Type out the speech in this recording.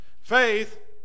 Faith